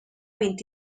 vint